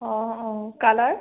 অঁ অঁ কালাৰ